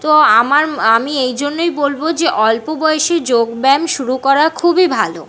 তো আমার ম আমি এই জন্যেই বলবো যে অল্প বয়েসে যোগব্যায়াম শুরু করা খুবই ভালো